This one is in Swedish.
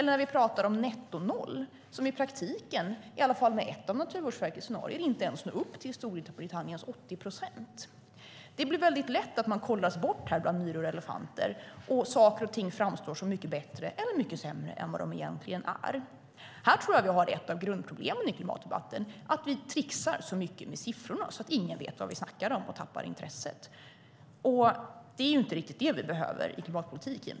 Han pratar om netto noll, som i praktiken - i alla fall med ett av Naturvårdsverkets scenarier - inte ens når upp till Storbritanniens 80 procent. Det är väldigt lätt att man kollras bort bland myror och elefanter, och saker och ting framstår som mycket bättre, eller mycket sämre, än vad de egentligen är. Här tror jag att vi har ett av grundproblemen i klimatdebatten, att vi tricksar så mycket med siffrorna att ingen vet vad vi snackar om och tappar intresset. Det är inte riktigt det vi behöver i klimatpolitiken.